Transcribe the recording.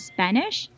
Spanish